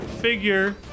figure